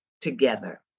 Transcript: together